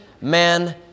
Man